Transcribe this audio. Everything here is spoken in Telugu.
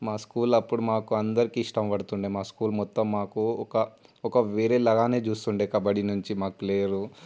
మా స్కూల్లో అప్పుడు మాకు అందరికీ ఇష్టం పడుతూ ఉండేది మా స్కూల్ మొత్తం మాకు ఒక ఒక వేరే లాగానే చూస్తూ ఉండేది మాకు కబడ్డీ నుంచి మాకు ప్లేయరు